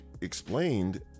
explained